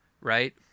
right